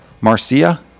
Marcia